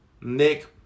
Nick